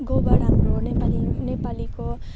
गोबर हाम्रो नेपाली नेपालीको